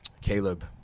Caleb